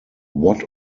what